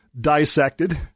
dissected